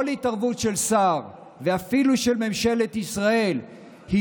כל התערבות של שר ואפילו של ממשלת ישראל היא,